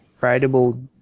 writable